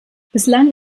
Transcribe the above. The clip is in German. bislang